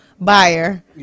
buyer